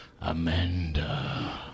Amanda